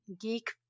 geek